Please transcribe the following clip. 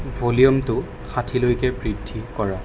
ভলিউমটো ষাঠিলৈকে বৃদ্ধি কৰা